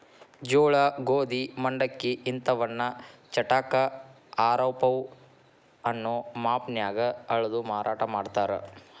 ಜೋಳ, ಗೋಧಿ, ಮಂಡಕ್ಕಿ ಇಂತವನ್ನ ಚಟಾಕ, ಆರಪೌ ಅನ್ನೋ ಮಾಪನ್ಯಾಗ ಅಳದು ಮಾರಾಟ ಮಾಡ್ತಾರ